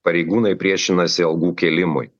pareigūnai priešinasi algų kėlimui